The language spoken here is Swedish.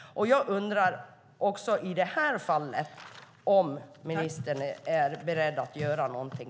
Jag undrar också i det fallet om ministern är beredd att göra någonting.